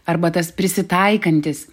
arba tas prisitaikantis